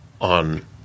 on